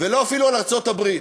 ואפילו לא על ארצות-הברית,